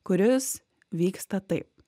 kuris vyksta taip